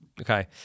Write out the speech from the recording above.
Okay